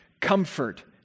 Comfort